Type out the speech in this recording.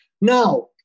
Now